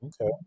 Okay